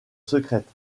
secrète